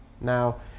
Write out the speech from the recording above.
Now